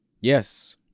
Yes